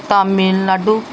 Tamil Nadu